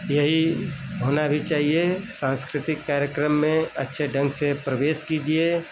यही होना भी चाहिए सांस्कृतिक कार्यक्रम में अच्छे ढंग से प्रवेश कीजिए